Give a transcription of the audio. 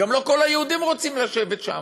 גם לא כל היהודים רוצים לשבת שם.